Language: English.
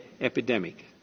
epidemic